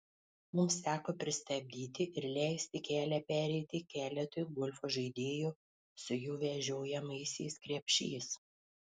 mums teko pristabdyti ir leisti kelią pereiti keletui golfo žaidėjų su jų vežiojamaisiais krepšiais